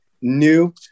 new